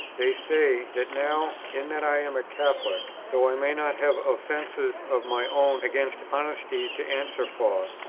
they say, that now, in that i am a catholic, though i may not have offences of my own against honesty to answer for,